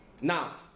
Now